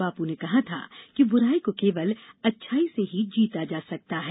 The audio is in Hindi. बापू ने कहा था कि बुराई को केवल अच्छाई से ही जीता जा सकता है